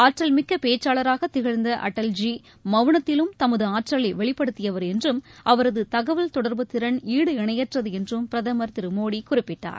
ஆற்றல் மிக்க பேச்சாளராக திகழ்ந்த அடல் ஜி மவுனத்திலும் தமது ஆற்றலை வெளிப்படுத்தியவர் என்றும் அவரது தகவல் தொடர்புத்திறன் ஈடு இணையற்றது என்றும் பிரதமர் திரு மோடி குறிப்பிட்டார்